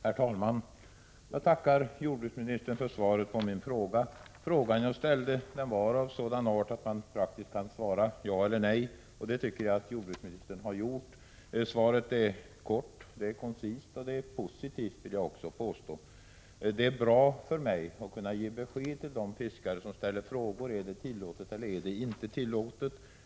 Herr talman! Jag tackar jordbruksministern för svaret på min fråga. Frågan jag ställde var av sådan art att man praktiskt kan svara ja eller nej, och det tycker jag att jordbruksministern har gjort. Svaret är kort, det är koncist, och det är positivt. Det är bra för mig att kunna ge besked till de fiskare som ställer frågor om detta är tillåtet eller inte.